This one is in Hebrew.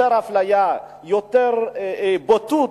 יותר אפליה, יותר בוטות,